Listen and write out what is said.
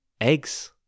eggs